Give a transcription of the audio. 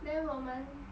then 我们